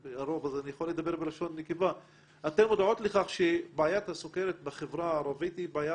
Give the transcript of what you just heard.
אתן מודעות לכך שבעיית הסוכרת בחברה הערבית היא בעיה